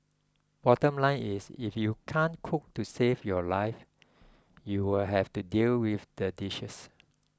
bottom line is if you can't cook to save your life you'll have to deal with the dishes